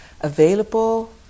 available